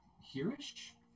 here-ish